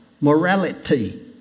Morality